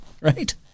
right